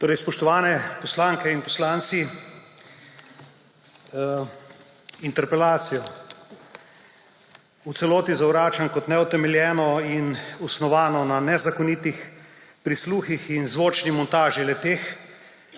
Spoštovani poslanke in poslanci! Interpelacijo v celoti zavračam kot neutemeljeno in osnovano na nezakonitih prisluhih in zvočni montaži le-teh,